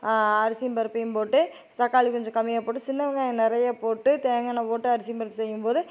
அரிசியும் பருப்பையும் போட்டு தக்காளி கொஞ்சம் கம்மியாக போட்டு சின்ன வெங்காயம் நிறைய போட்டு தேங்காய் எண்ணெய் போட்டு அரிசியும் பருப்பும் செய்யும் போது